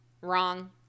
wrong